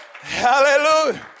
Hallelujah